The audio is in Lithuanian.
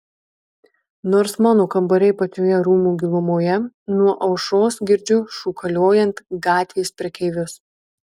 nors mano kambariai pačioje rūmų gilumoje nuo aušros girdžiu šūkaliojant gatvės prekeivius